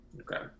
Okay